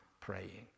praying